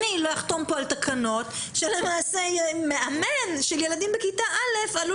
אני לא אחתום פה על תקנות שמאמן של ילדים מכיתה א' עלול